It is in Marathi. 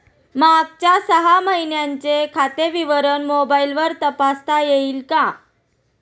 मागच्या सहा महिन्यांचे खाते विवरण मोबाइलवर तपासता येईल का?